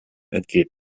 entgeht